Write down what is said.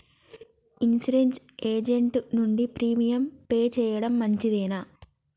Insurance agent నుండి premium pay చేయడం మంచిదేనా?